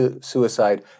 suicide